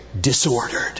disordered